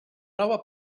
nova